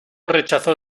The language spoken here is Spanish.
rechazó